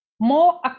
more